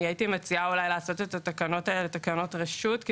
אני מציעה לעשות את התקנות האלה תקנות רשות,